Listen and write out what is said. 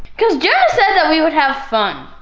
cause jenna said that we would have fun.